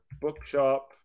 bookshop